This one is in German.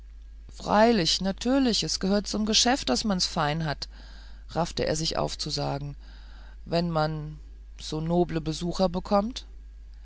freilich natürlich es gehört zum geschäft daß man's fein hat raffte er sich auf zu sagen wenn man so noble besuche bekommt